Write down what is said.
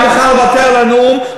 אני מוכן לוותר על הנאום,